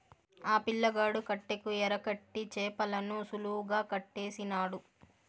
ఆ పిల్లగాడు కట్టెకు ఎరకట్టి చేపలను సులువుగా పట్టేసినాడు